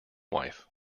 wife